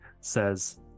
says